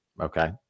Okay